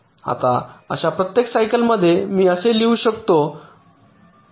आता अशा प्रत्येक सायकल मध्ये मी हे असे लिहू शकतो